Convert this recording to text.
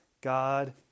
God